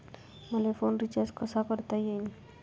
मले phone recharge कसा करता येईन?